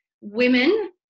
women